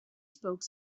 spoke